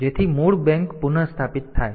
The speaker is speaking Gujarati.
જેથી મૂળ બેંક પુનઃસ્થાપિત થાય